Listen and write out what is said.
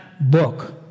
book